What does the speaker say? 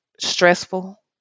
stressful